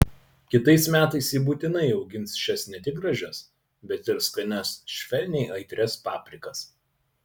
kitais metais ji būtinai augins šias ne tik gražias bet ir skanias švelniai aitrias paprikas